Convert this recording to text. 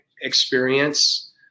experience